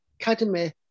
academy